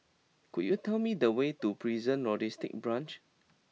could you tell me the way to Prison Logistic Branch